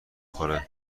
خوره